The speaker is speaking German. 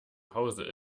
hause